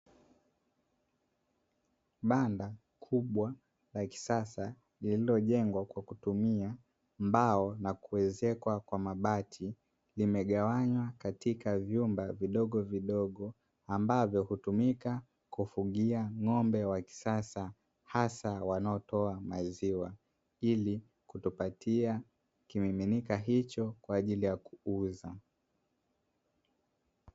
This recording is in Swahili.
Banda kubwa la kisasa, lililojengwa kwa kutumia mbao na kuezekwa kwa mabati, limegawanywa katika vyumba vidogovidogo ambavyo hutumika kufugia ng'ombe wa kisasa, hasa wanaotoa maziwa ili kutupatia kimiminika hicho kwa ajili ya kuuza.